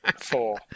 Four